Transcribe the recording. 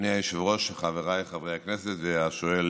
אדוני היושב-ראש, חבריי חברי הכנסת והשואל